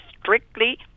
strictly